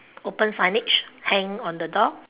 open signage hang on the door